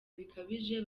bikabije